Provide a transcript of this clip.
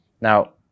Now